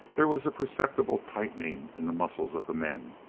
there was a perceptible tightening in the muscles of the men.